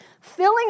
filling